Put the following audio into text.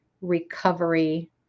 Recovery